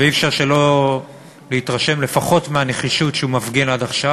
ואי-אפשר שלא להתרשם לפחות מהנחישות שהוא מפגין עד עכשיו.